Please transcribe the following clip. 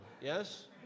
yes